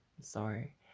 sorry